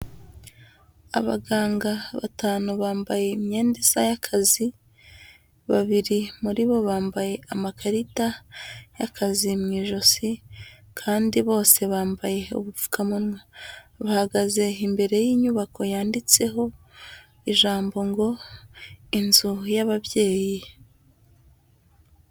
Abaganga batanu bambaye imyenda isa y'akazi, babiri muri bo bambaye amakarita y'akazi mu ijosi kandi bose bambaye ubupfukamanwa, bahagaze imbere y'inyubako yanditseho ijambo ngo inzu y'ababyeyi.